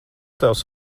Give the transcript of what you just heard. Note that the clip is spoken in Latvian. tavs